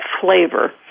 flavor